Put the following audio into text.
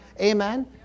Amen